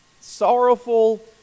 sorrowful